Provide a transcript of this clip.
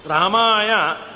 Ramaya